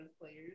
players